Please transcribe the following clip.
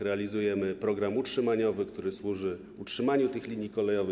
Realizujemy program utrzymaniowy, który służy utrzymaniu tych linii kolejowych.